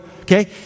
Okay